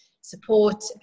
support